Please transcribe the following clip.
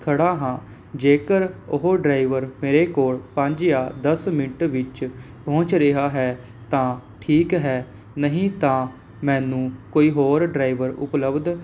ਖੜ੍ਹਾ ਹਾਂ ਜੇਕਰ ਉਹ ਡਰਾਈਵਰ ਮੇਰੇ ਕੋਲ ਪੰਜ ਜਾਂ ਦਸ ਮਿੰਟ ਵਿੱਚ ਪਹੁੰਚ ਰਿਹਾ ਹੈ ਤਾਂ ਠੀਕ ਹੈ ਨਹੀਂ ਤਾਂ ਮੈਨੂੰ ਕੋਈ ਹੋਰ ਡਰਾਈਵਰ ਉਪਲਬਧ